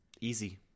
easy